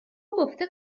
گفته